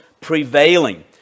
prevailing